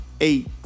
eight